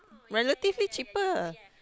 relatively cheaper